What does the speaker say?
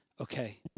Okay